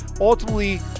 Ultimately